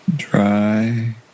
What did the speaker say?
dry